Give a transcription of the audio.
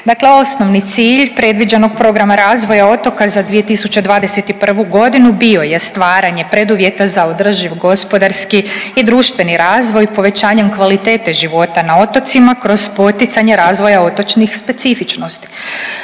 dakle osnovni cilj predviđenog Programa razvoja otoka za 2021. godinu bio je stvaranje preduvjeta za održiv gospodarski i društveni razvoj povećanjem kvalitete života na otocima kroz poticanje razvoja otočnih specifičnosti.